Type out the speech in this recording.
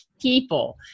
people